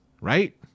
Right